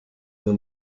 the